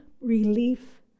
relief